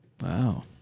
Wow